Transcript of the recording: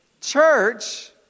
Church